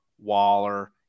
Waller